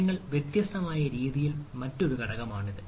കാര്യങ്ങൾ വ്യത്യസ്തമായ രീതിയിൽ നോക്കുന്ന മറ്റൊരു ഘടകമാണിത്